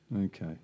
Okay